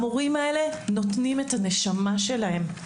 המורים הללו נותנים את הנשמה שלהם.